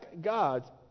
God